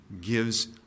gives